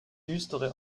düstere